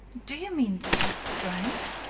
do you mean that he drank?